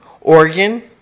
Oregon